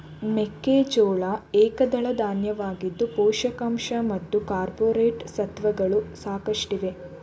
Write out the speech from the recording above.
ಮೆಕ್ಕೆಜೋಳ ಏಕದಳ ಧಾನ್ಯವಾಗಿದ್ದು ಪೋಷಕಾಂಶ ಮತ್ತು ಕಾರ್ಪೋರೇಟ್ ಸತ್ವಗಳು ಸಾಕಷ್ಟಿದೆ